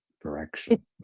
direction